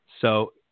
So-